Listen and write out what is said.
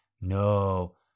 No